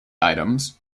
items